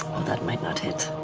that might not hit.